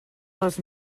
les